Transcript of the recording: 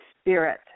spirit